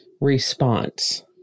response